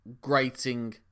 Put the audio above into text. grating